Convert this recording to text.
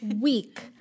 week